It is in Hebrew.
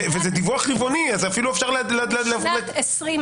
וזה גם דיווח רבעוני --- בשנת 2020